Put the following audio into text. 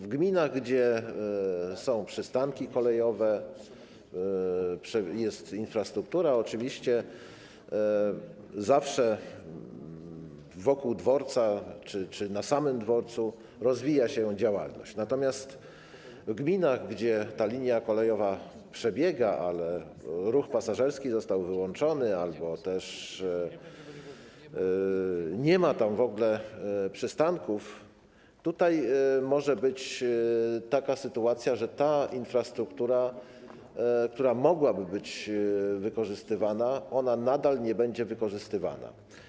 W gminach, gdzie są przystanki kolejowe, jest infrastruktura oczywiście, zawsze wokół dworca czy na samym dworcu rozwija się działalność, natomiast w gminach, gdzie linia kolejowa przebiega, ale ruch pasażerski został wyłączony albo też nie ma tam w ogóle przystanków, może być taka sytuacja, że infrastruktura, która mogłaby być wykorzystywana, nadal nie będzie wykorzystywana.